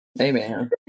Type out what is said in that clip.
Amen